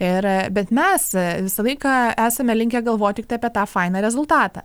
ir bet mes visą laiką esame linkę galvot tiktai apie tą fainą rezultatą